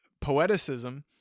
poeticism